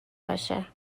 باشه